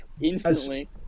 Instantly